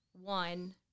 one